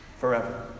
forever